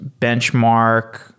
Benchmark